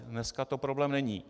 Dneska to problém není.